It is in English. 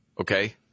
okay